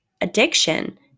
addiction